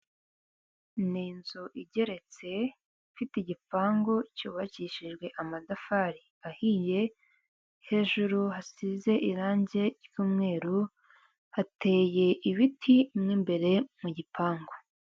Ni inzu igeretse ifite igipangu cyubakishijwe amatafari ahiye hejuru hasize irangi ry'umweru hateye ibiti mu imbere mu gipangu.